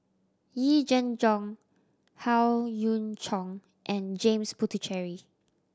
Yee Jenn Jong Howe Yoon Chong and James Puthucheary